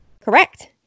correct